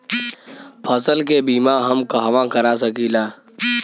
फसल के बिमा हम कहवा करा सकीला?